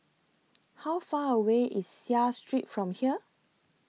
How Far away IS Seah Street from here